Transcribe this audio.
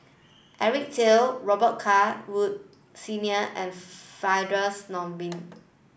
Eric Teo Robet Carr Wood Senior and Firdaus Nordin